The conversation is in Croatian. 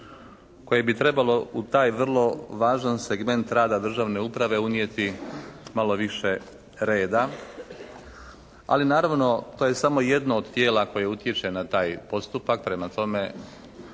koje bi trebalo u taj vrlo važan segment rada državne uprave unijeti malo više reda, ali naravno to je samo jedno od tijela koje utječe na taj postupak. Prema tome,